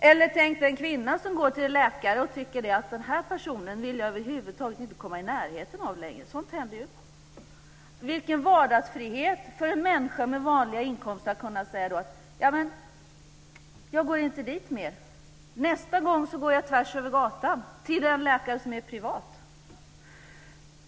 Tänk er den kvinna som går till en läkare och tycker att den här personen vill hon över huvud taget inte komma i närheten av längre. Sådant händer ju. Vilken vardagsfrihet det skulle vara för en människa med vanlig inkomst att då kunna säga: Jag går inte dit mer. Nästa gång går jag tvärs över gatan till en läkare som är privat.